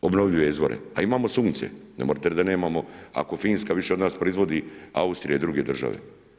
Obnovljive izvore, a imamo sunce, ne možete reći da nemamo ako Finska više od nas proizvodi, Austrija i druge države.